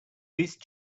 least